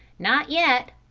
not yet.